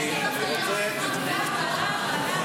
ההצעה להעביר לוועדה את הצעת חוק שירות חובה לכול,